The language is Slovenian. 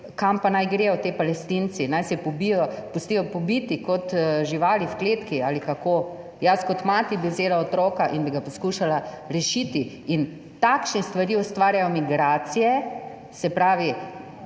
Kam pa naj gredo ti Palestinci? Naj se pobijejo, pustijo pobiti kot živali v kletki ali kako? Jaz kot mati bi vzela otroka in bi ga poskušala rešiti. In takšne stvari ustvarjajo migracije. Se pravi